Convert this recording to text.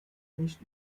nicht